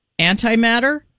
Antimatter